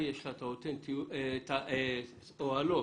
אוהלו